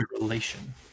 Relation